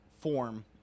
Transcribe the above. form